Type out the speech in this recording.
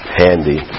handy